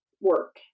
work